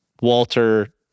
walter